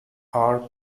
are